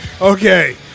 okay